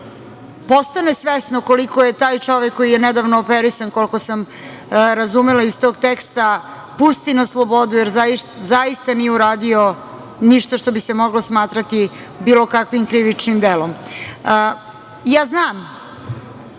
postane svesno koliko je taj čovek, koji je nedavno operisan, koliko sam razumela iz tog teksta, pusti na slobodu, jer zaista nije uradio ništa što bi se moglo smatrati bilo kakvim krivičnim delom. Ja znam